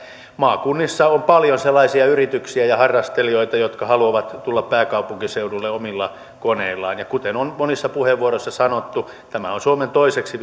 maakunnissa on paljon sellaisia yrityksiä ja harrastelijoita jotka haluavat tulla pääkaupunkiseudulle omilla koneillaan ja kuten on monissa puheenvuoroissa sanottu tämä on suomen toiseksi